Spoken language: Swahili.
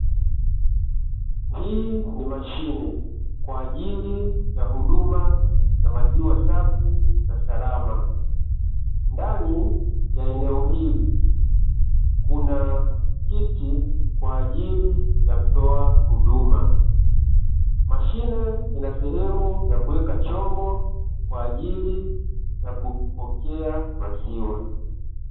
Hii ni mashine kwa ajili ya huduma ya maziwa safi na salama, ndani ya eneo hili kuna kiti kwa ajili ya mtoa huduma. Mashine ina sehemu ya kuweka chombo kwa ajili ya kupokea maziwa.